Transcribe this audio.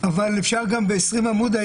אבל אפשר היה גם בעשרים עמודים